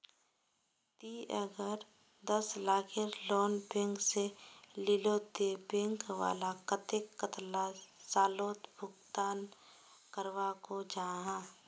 ती अगर दस लाखेर लोन बैंक से लिलो ते बैंक वाला कतेक कतेला सालोत भुगतान करवा को जाहा?